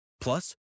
Plus